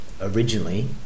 originally